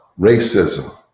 racism